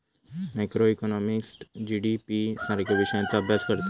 macroeconomist GDP सारख्यो विषयांचा अभ्यास करतत